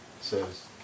says